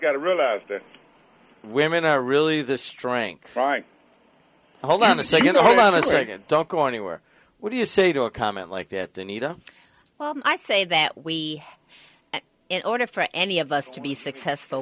that women are really the strength right hold on to say you know hold on a second don't go anywhere what do you say to a comment like that anita well i say that we in order for any of us to be successful